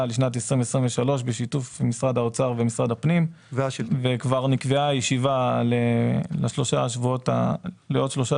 לשנת 2023 בשיתוף משרד האוצר ומשרד הפנים וכבר נקבעה ישיבה לעוד שלושה